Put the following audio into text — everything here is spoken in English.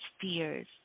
fears